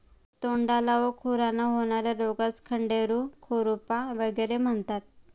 तोंडाला व खुरांना होणार्या रोगास खंडेरू, खुरपा वगैरे म्हणतात